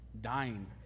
dying